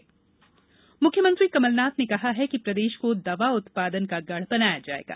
CM Indore मुख्यमंत्री कमलनाथ ने कहा है कि प्रदेश को दवा उत्पादन का गढ़ बनाया जायेगा